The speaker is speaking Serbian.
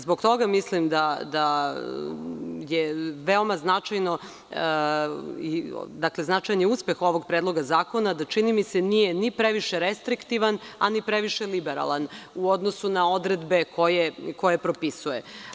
Zbog toga mislim da je veoma značajan je uspeh ovog predloga zakona da, čini mi se, nije ni previše restriktivan, a ni previše liberalan u odnosu na odredbe koje propisuje.